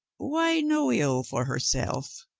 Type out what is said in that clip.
why, no ill for herself,